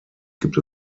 gibt